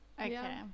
okay